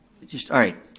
it's just, alright.